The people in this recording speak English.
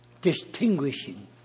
distinguishing